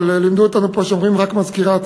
אבל לימדו אותנו פה שאומרים רק "מזכירת".